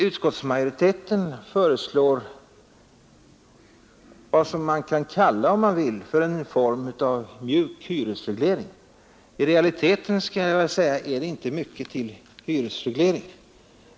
Utskottsmajoriteten föreslår vad man kan kalla en form av mjuk hyresreglering. I realiteten är det inte mycket till hyresreglering.